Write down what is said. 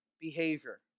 behavior